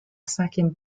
cinquième